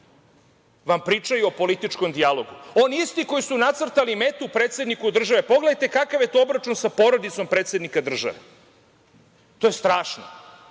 vam pričaju o političkom dijalogu, oni isti koji su nacrtali metu predsedniku države. Pogledajte kakav je to obračun sa porodicom predsednika države! To je strašno!